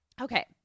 Okay